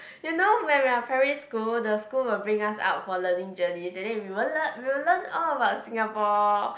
you know when we're primary school the school will bring us out for learning journeys and then we won't learn we will learn all about Singapore